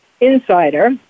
Insider